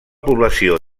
població